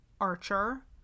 Archer